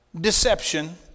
deception